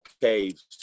caves